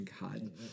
god